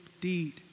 deed